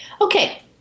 Okay